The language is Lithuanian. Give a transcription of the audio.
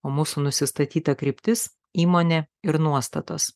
o mūsų nusistatyta kryptis įmonė ir nuostatos